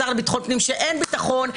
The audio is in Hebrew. שר לביטחון פנים שאין ביטחון,